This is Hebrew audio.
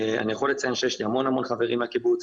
אני יכול לציין שיש לי המון חברים בקיבוץ,